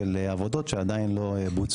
כל עודפי התקציב הם כ-360 מיליון שקלים.